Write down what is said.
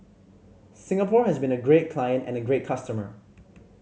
Singapore has been a great client and a great customer